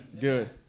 Good